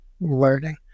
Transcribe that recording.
learning